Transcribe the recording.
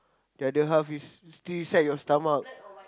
the other half is still inside your stomach